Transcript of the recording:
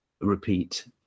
repeat